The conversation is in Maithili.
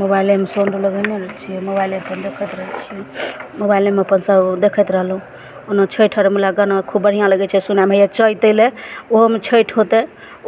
मोबाइलेमे सोंड लगयने छियै मोबाइलेपर देखैत रहै छियै मोबाइलेमे अपन सभ देखैत रहलहुँ ओना छठि अरवला गाना खूब बढ़िआँ लगै छै सुनयमे हैया चैत अयलै ओहोमे छठि होतै